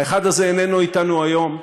האחד הזה איננו אתנו היום.